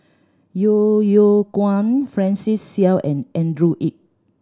Yeo Yeow Kwang Francis Seow and Andrew Yip